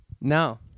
No